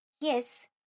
Yes